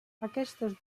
aquestes